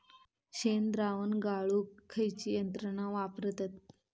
शेणद्रावण गाळूक खयची यंत्रणा वापरतत?